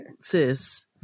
sis